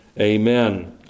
Amen